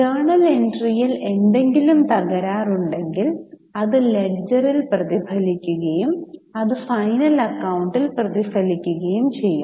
journal എൻട്രിയിൽ എന്തെങ്കിലും തകരാറുണ്ടെങ്കിൽ അത് ലെഡ്ജറിൽ പ്രതിഫലിക്കുകയും അത് ഫൈനൽ അക്കൌണ്ടിൽ പ്രതിഫലിക്കുകയും ചെയ്യും